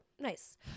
nice